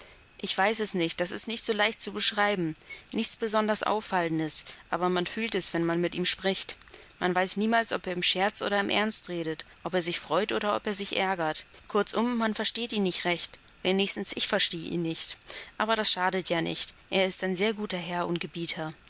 ich weiß es nicht das ist nicht so leicht zu beschreiben nichts besonders auffallendes aber man fühlt es wenn man mit ihm spricht man weiß niemals ob er im scherz oder im ernst redet ob er sich freut oder ob er sich ärgert kurzum man versteht ihn nicht recht wenigstens ich verstehe ihn nicht aber das schadet ja nicht er ist ein sehr guter herr und gebieter